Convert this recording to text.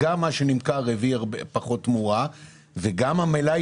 שגם מה שנמכר הביא פחות תמורה וגם המלאי